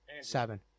Seven